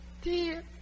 dear